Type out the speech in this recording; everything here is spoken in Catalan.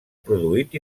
produït